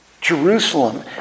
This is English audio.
Jerusalem